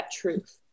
truth